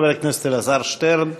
חבר הכנסת אלעזר שטרן,